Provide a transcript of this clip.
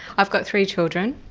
i've got three children